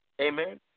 Amen